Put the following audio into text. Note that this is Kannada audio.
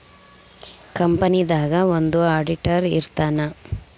ಕಂಪನಿ ದಾಗ ಒಬ್ಬ ಆಡಿಟರ್ ಇರ್ತಾನ